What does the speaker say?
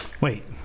Wait